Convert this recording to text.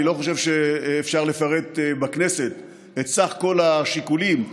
אני לא חושב שאפשר לפרט בכנסת את כלל השיקולים,